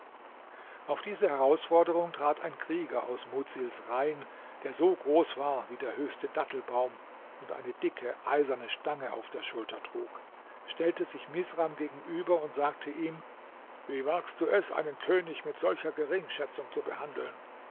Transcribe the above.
auf diese herausforderung trat ein krieger aus mudsils reihen der so groß war wie der höchste dattelbaum und eine dicke eiserne stange auf der schulter trug stellte sich misram gegenüber und sagte ihm wie wagst du es einen könig mit solcher geringschätzung zu behandeln